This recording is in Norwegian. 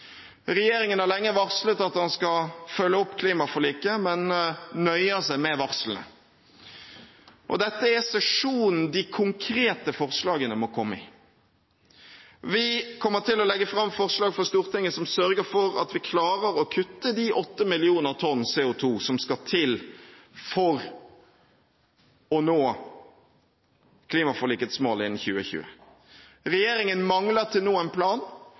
Regjeringen har lenge varslet at den skal følge opp klimaforliket, men den nøyer seg med varslene. Dette er sesjonen de konkrete forslagene må komme i. Vi kommer til å legge fram forslag for Stortinget som sørger for at vi klarer å kutte de 8 millioner tonn CO2 som skal til for å nå klimaforlikets mål innen 2020. Regjeringen mangler til nå en plan,